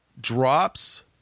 drops